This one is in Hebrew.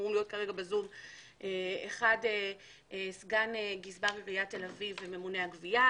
שאמורים להיות בזום - אחד סגן גזבר עיריית תל אביב הממונה על גבייה,